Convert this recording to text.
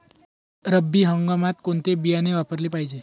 रब्बी हंगामात कोणते बियाणे वापरले पाहिजे?